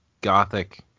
Gothic